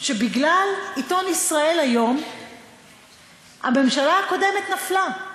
שבגלל עיתון ישראל היום הממשלה הקודמת נפלה.